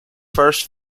first